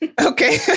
Okay